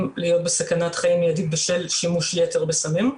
להיות בסכנת חיים מיידית בשל שימוש יתר בסמים.